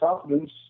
confidence